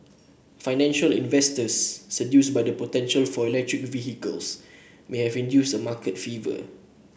financial investors seduced by the potential for electric vehicles may have induced a market fever